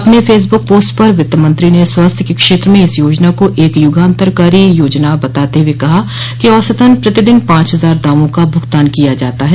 अपने Facebook post पर वित्त मंत्री ने स्वास्थ्य के क्षेत्र में इस योजना को एक युगांतरकारी योजना बताते हुए कहा कि औसतन प्रतिदिन पांच हजार दावों का भुगतान दिया जाता है